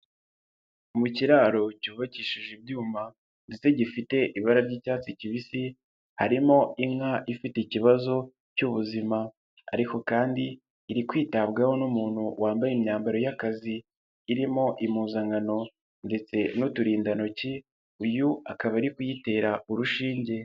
Mu kiraro cyubakishije ibyuma ndetse gifite ibara ry'icyatsi kibisi, harimo inka ifite ikibazo cy'ubuzima ariko kandi iri kwitabwaho n'umuntu wambaye imyambaro y'akazi irimo impuzankano ndetse n'uturindantoki, uyu akaba ari kuyitera urushinge.